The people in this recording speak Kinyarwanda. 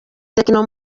tecno